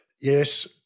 yes